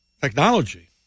Technology